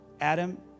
Adam